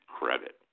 credit